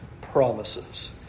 promises